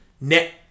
net